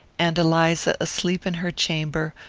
and eliza, asleep in her chamber,